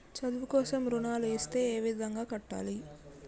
చదువు కోసం రుణాలు ఇస్తే ఏ విధంగా కట్టాలి?